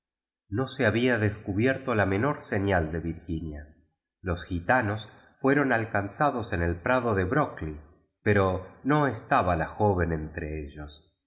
no se había descubierto la menor señal de virginia los gitanos fueron alcanzados en el prado de brorklev pero no estaba la joven entre ellos